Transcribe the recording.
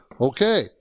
Okay